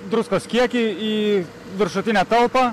druskos kiekį į viršutinę talpą